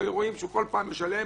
שרואים שכל פעם הוא משלם-מפסיק,